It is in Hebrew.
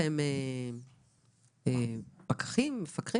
חלה עליכם חובה להגיש דיווחים על אירועים חריגים.